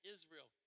Israel